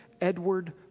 Edward